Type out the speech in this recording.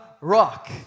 rock